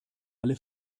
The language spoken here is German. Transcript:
alle